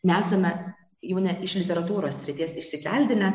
nesame jau ne iš literatūros srities išsikeldinę